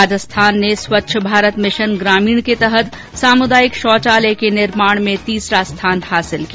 राजस्थान ने स्वच्छ भारत मिशन ग्रामीण के तहत सामुदायिक शौचालय के निर्माण में तीसरा स्थान हासिल किया